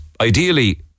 ideally